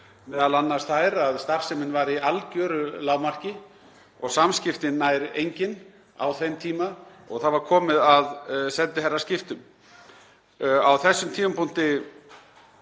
m.a. þær að starfsemin var í algeru lágmarki og samskiptin nær engin á þeim tíma og það var komið að sendiherraskiptum. Á þessum tímapunkti